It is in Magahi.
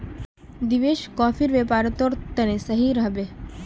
देवेश, कॉफीर व्यापार तोर तने सही रह बे